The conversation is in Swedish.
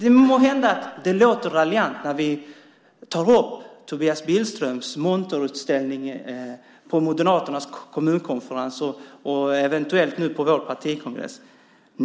Det må vara så att det låter raljant när vi tar upp Tobias Billströms monterutställning på Moderaternas kommunkonferens och eventuellt på vår partikongress.